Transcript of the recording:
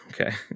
okay